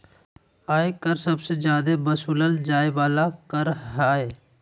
आय कर सबसे जादे वसूलल जाय वाला कर हय